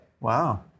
Wow